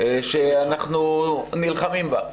שאנחנו נלחמים בה.